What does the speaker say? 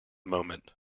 moment